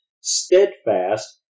steadfast